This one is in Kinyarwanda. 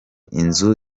inzu